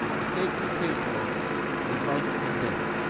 the stake we play for is life and death,